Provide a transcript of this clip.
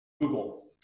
Google